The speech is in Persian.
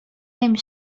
نمی